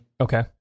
Okay